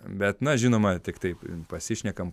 bet na žinoma tiktai pasišnekam